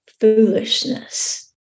foolishness